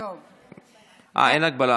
התשפ"ב 2022. מי שתציג את הצעת החוק,